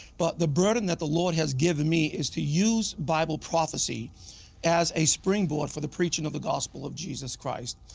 but, the burden that the lord has given me is to use bible prophecy as a springboard for the preaching of the gospel of jesus christ.